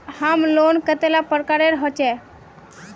Home loan कतेला प्रकारेर होचे?